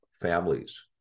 families